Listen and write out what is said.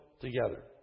together